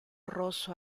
rosso